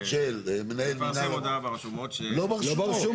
לא יודע.